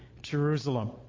Jerusalem